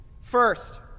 First